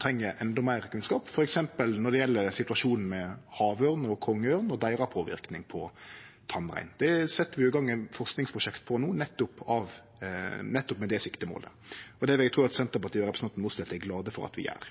treng endå meir kunnskap. For eksempel gjeld det situasjonen med havørn og kongeørn og deira påverknad på tamrein. Vi set no i gang eit forskingsprosjekt nettopp med det siktemålet. Det vil eg tru at Senterpartiet og representanten Mossleth er glade for at vi gjer.